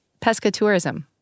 pescatourism